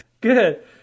good